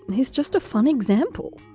he's just a fun example.